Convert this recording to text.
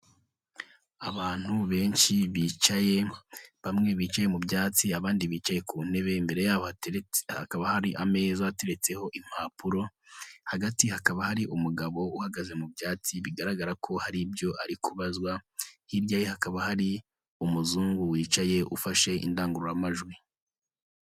Abantu benshi bicaye, bamwe bicaye mu byatsi abandi bicaye ku ntebe, imbere yabo hakaba hari ameza ateretseho impapuro, hagati hakaba hari umugabo uhagaze mu byatsi bigaragara ko hari ibyo ari kubazwa, hirya ye hakaba hari umuzungu wicaye, ufashe indangururamajwi.